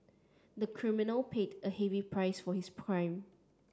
the criminal paid a heavy price for his crime